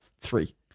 three